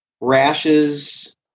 rashes